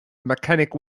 mechanic